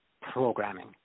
programming